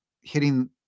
hitting